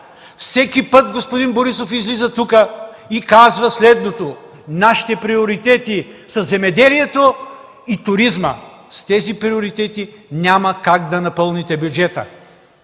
Всеки път господин Борисов излиза тук и казва следното: „Нашите приоритети са земеделието и туризма”. С тези приоритети няма как да напълните бюджета.